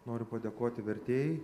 noriu padėkoti vertėjai